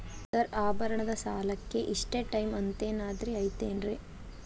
Sir ಆಭರಣದ ಸಾಲಕ್ಕೆ ಇಷ್ಟೇ ಟೈಮ್ ಅಂತೆನಾದ್ರಿ ಐತೇನ್ರೇ?